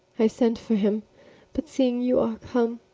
i sent for him but, seeing you are come,